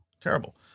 terrible